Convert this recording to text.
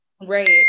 Right